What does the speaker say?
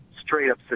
straight-up